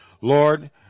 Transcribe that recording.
Lord